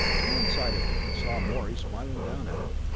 to one side of him he saw morey smiling down at him.